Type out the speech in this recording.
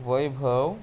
वैभव